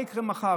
מה יקרה מחר?